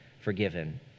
forgiven